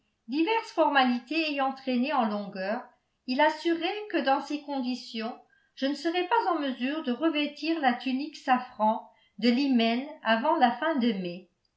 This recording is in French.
diverses formalités ayant traîné en longueur il assurait que dans ces conditions je ne serais pas en mesure de revêtir la tunique safran de l'hymen avant la fin de mai